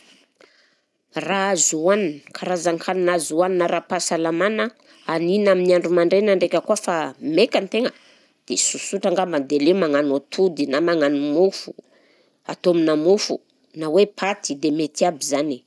Raha azo hanina, karazan-kanina azo hanina ara-pahasalamana hanina amin'ny andro mandraigna ndraika koa efa maika ny tegna dia sosotra angambany dia aleo magnano atody, na magnano mofo, atao amina mofo na hoe paty dia mety aby zany